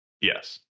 Yes